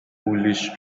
foolish